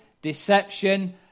Deception